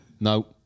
no